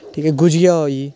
ठीक ऐ गुझिया होई